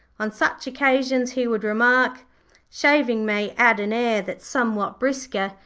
on such occasions he would remark shaving may add an air that's somewhat brisker,